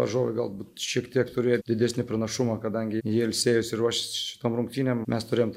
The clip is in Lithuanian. varžovai galbūt šiek tiek turėjo didesnį pranašumą kadangi jie ilsėjosi ir ruošėsi šitom rungtynėm mes turėjom